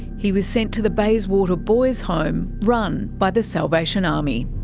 he was sent to the bayswater boys home, run by the salvation army.